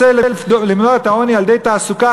רוצה למנוע את העוני על-ידי תעסוקה,